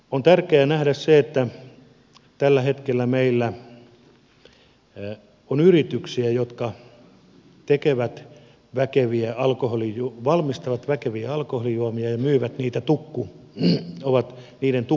on tärkeää nähdä se että tällä hetkellä meillä on yrityksiä jotka valmistavat väkeviä alkoholijuomia ja ovat niiden tukkumyyjiä